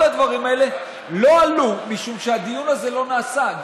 כל הדברים האלה לא עלו, משום שהדיון הזה לא נעשה.